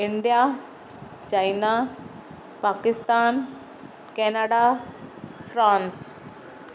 India China Pakistan Canada France